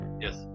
yes